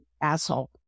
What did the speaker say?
asshole